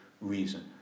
reason